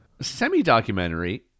Semi-documentary